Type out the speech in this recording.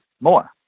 more